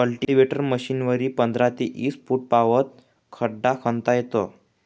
cultivator मशीनवरी पंधरा ते ईस फुटपावत खड्डा खणता येस